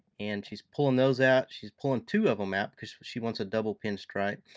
and she's pulling those out, she's pulling two of them out because she wants a double pinstripe,